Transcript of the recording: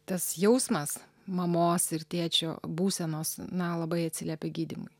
tas jausmas mamos ir tėčio būsenos na labai atsiliepia gydymui